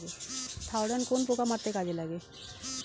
Thiodan কোন পোকা মারতে কাজে লাগে?